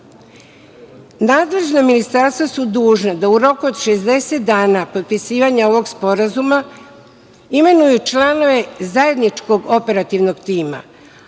ministarstva su dužna da u roku od 60 dana od potpisivanja ovog sporazuma imenuju članove zajedničkog operativnog tima,